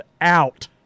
out